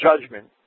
judgment